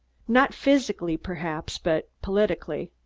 not physically perhaps, but politically.